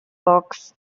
books